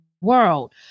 world